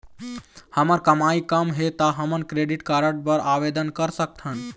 हमर कमाई कम हे ता हमन क्रेडिट कारड बर आवेदन कर सकथन?